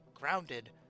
grounded